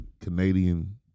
Canadian